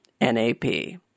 N-A-P